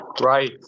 Right